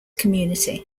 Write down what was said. community